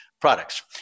products